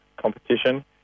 competition